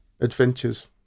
adventures